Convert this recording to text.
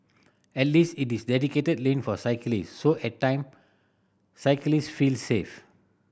at least it is dedicated lane for cyclist so at time cyclist feel safe